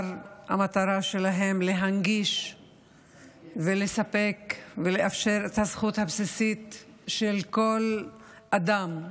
שעיקר המטרה שלה להנגיש ולספק ולאפשר את הזכות הבסיסית של כל אדם,